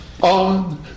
on